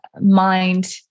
mind